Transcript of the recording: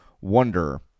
wonder